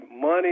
money